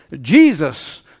Jesus